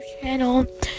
channel